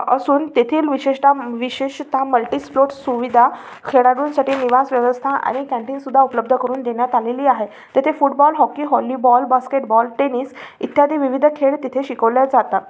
असून तेथील विशेषटा विशेषत मल्टीस्पोर्ट्स सुविधा खेळाडूंसाठी निवास व्यवस्था आणि कॅन्टीन सुद्धा उलब्ध करून देण्यात आलेली आहे तेथे football hockey volleyball basketball tennis इत्यादी विविध खेळ तिथे शिकवले जातात